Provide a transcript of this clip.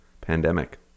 pandemic